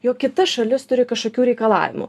jog kita šalis turi kažkokių reikalavimų